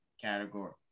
category